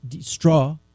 Straw